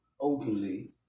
openly